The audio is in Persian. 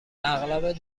اغلب